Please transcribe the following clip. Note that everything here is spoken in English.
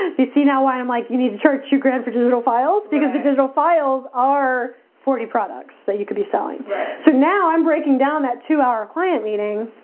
and you see now why i'm like you need to church you grab four digital files because the digital files are forty products that you could be selling so now i'm breaking down that to our client meeting